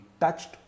touched